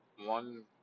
one